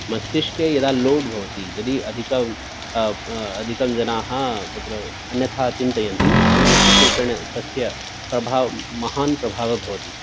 मस्तिष्के यदा लोड् भवति यदि अधिकं अधिकं जनाः तत्र अन्यथा चिन्तयन्ति तर्हि निश्चितरूपेण तस्य प्रभावः महान् प्रभावो भवति